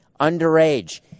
underage